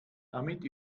damit